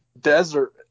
desert